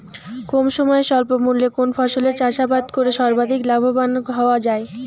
কম সময়ে স্বল্প মূল্যে কোন ফসলের চাষাবাদ করে সর্বাধিক লাভবান হওয়া য়ায়?